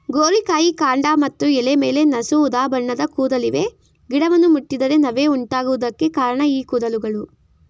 ಗೋರಿಕಾಯಿ ಕಾಂಡ ಮತ್ತು ಎಲೆ ಮೇಲೆ ನಸು ಉದಾಬಣ್ಣದ ಕೂದಲಿವೆ ಗಿಡವನ್ನು ಮುಟ್ಟಿದರೆ ನವೆ ಉಂಟಾಗುವುದಕ್ಕೆ ಕಾರಣ ಈ ಕೂದಲುಗಳು